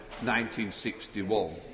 1961